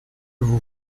vous